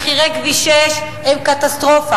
מחירי כביש 6 הם קטסטרופה.